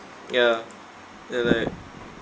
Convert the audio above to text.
ya they're like